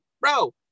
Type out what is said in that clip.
bro